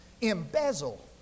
embezzle